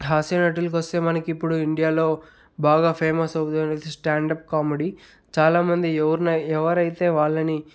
హాస్యనటులకొస్తే మనకి ఇప్పుడు ఇండియాలో బాగా ఫేమస్ అవుతునది స్టాండప్ కామెడీ చాలా మంది ఎవరినైతే ఎవరైతే వాళ్ళని